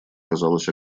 казалось